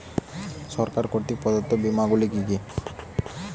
সরকার কর্তৃক প্রদত্ত বিমা গুলি কি কি?